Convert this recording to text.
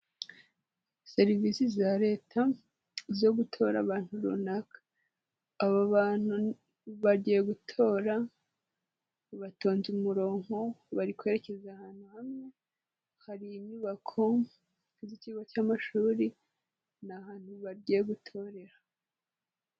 Serivisi za leta zo gutora abantu runaka, aba bantu bagiye gutora, batonze umurongo, bari kwerekeza ahantu hamwe, hari inyubako z'ikigo cy'amashuri, ni ahantu bagiye gutorera.